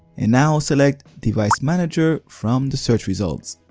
and now select device manager from the search results.